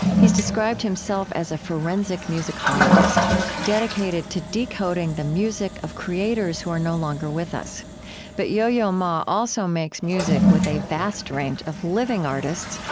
he's described himself as a forensic musicologist dedicated to decoding the music of creators who are no longer with us but yo-yo ma also makes music with a vast range of living artists,